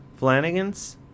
Flanagans